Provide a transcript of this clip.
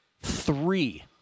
three